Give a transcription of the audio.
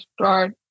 start